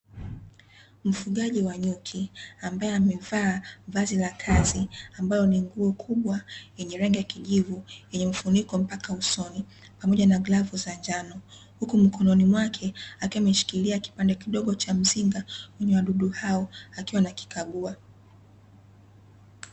Mfugaji wa nyuki ambaye amevaa vazi la kazi ambayo ni nguo kubwa yenye rangi ya kijivu, yenye mfuniko mpaka usoni pamoja na glavu za njano, huku mkononi mwake akiwa ameshikilia kipande kidogo cha mzinga wenye wadudu hao akiwa anakikagua.